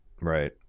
right